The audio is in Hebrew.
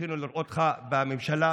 זכינו לראותך בממשלה,